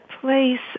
place